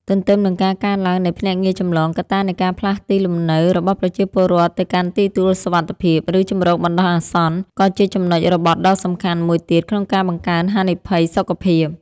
ទន្ទឹមនឹងការកើនឡើងនៃភ្នាក់ងារចម្លង កត្តានៃការផ្លាស់ទីលំនៅរបស់ប្រជាពលរដ្ឋទៅកាន់ទីទួលសុវត្ថិភាព ឬជម្រកបណ្តោះអាសន្ន ក៏ជាចំណុចរបត់ដ៏សំខាន់មួយទៀតក្នុងការបង្កើនហានិភ័យសុខភាព។